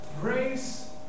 Grace